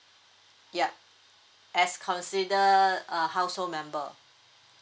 yup as consider uh household member